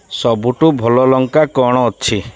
ସବୁଠୁ ଭଲ ଲଙ୍କା କ'ଣ ଅଛି